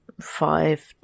five